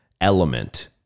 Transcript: element